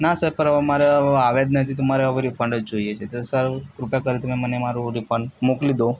ના સર પર હવે મારે હવે આવ્યાં જ નથી તો મારે હવે રિફંડ જ જોઈએ છે તો સર કૃપા કરી તમે મને મારું રિફંડ મોકલી દો